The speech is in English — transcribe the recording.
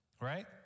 Right